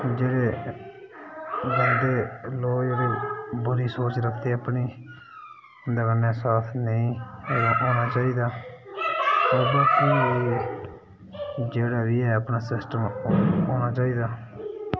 जेह्ड़े गंदे लोक जेह्ड़े बुरी सोच रखदे अपनी उं'दे कन्नै साथ नेईं पाना चाहिदा जेह्ड़ा बी ऐ अपना सिस्टम होना चाहिदा